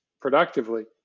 productively